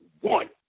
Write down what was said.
one